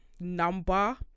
number